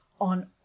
on